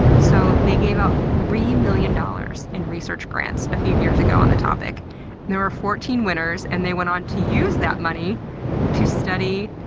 so they gave out three million dollars in research grants a few years ago on the topic and there were fourteen winners and they went on to use that money to study.